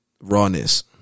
Rawness